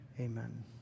amen